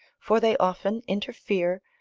for they often interfere,